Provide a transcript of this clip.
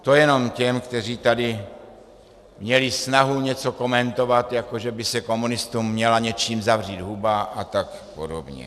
To jenom těm, kteří tady měli snahu něco komentovat, jako že by se komunistům měla něčím zavřít huba a tak podobně.